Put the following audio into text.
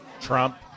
Trump